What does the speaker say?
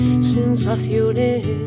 sensaciones